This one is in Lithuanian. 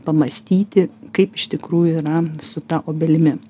pamąstyti kaip iš tikrųjų yra su ta obelimi